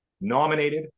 nominated